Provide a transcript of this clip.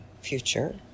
future